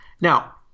Now